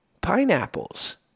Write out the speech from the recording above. pineapples